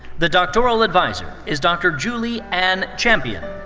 the doctoral adviser is dr. julie anne champion.